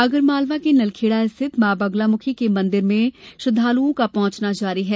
आगरमालवा के नलखेडा स्थित मां बगलामुखी के मंदिर में श्रद्वालुओं का पहुंचना जारी है